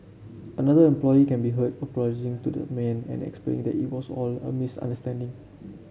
another employee can be heard apologising to the man and explaining that it was all a misunderstanding